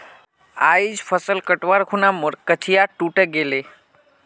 आइज फसल कटवार खूना मोर कचिया टूटे गेले